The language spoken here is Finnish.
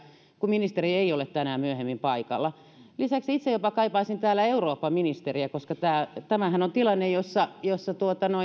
kun ministeri ei ole tänään myöhemmin paikalla lisäksi itse jopa kaipaisin täällä eurooppaministeriä koska tämähän on tilanne jossa jossa